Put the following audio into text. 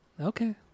Okay